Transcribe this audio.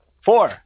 Four